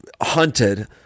hunted